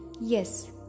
yes